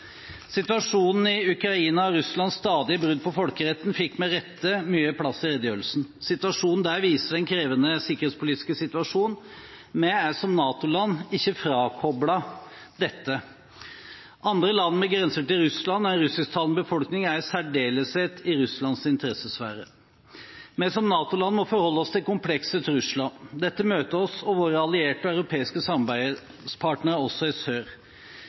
Situasjonen i Ukraina og Russlands stadige brudd på folkeretten fikk med rette mye plass i redegjørelsen. Situasjonen der viser en krevende sikkerhetspolitisk situasjon, og vi er som NATO-land ikke frakoblet dette. Andre land med grense til Russland og en russisktalende befolkning er i særdeleshet i Russlands interessesfære. Vi må som NATO-land forholde oss til komplekse trusler. Dette møter oss og våre allierte europeiske samarbeidspartnere også i sør.